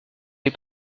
les